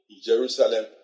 Jerusalem